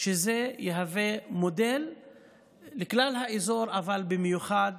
שזה יהווה מודל לכלל האזור אבל במיוחד